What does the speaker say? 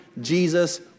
Jesus